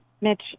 Mitch